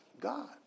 God